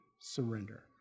surrender